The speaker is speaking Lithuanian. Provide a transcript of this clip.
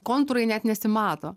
kontūrai net nesimato